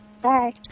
Bye